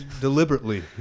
Deliberately